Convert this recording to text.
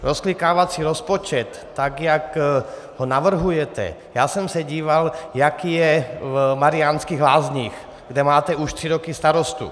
Rozklikávací rozpočet, tak jak ho navrhujete, já jsem se díval, jaký je v Mariánských Lázních, kde máte už tři roky starostu.